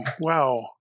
wow